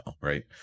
right